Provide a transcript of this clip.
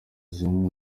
zimwe